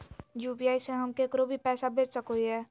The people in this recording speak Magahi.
यू.पी.आई से हम केकरो भी पैसा भेज सको हियै?